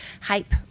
hype